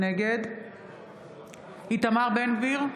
נגד איתמר בן גביר,